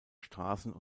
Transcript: straßen